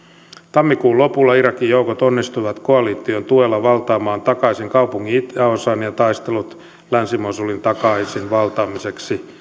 tammikuun lopulla irakin joukot onnistuivat koalition tuella valtaamaan takaisin kaupungin itäosan ja taistelut länsi mosulin takaisinvaltaamiseksi